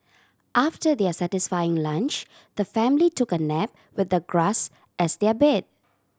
after their satisfying lunch the family took a nap with the grass as their bed